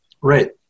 Right